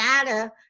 data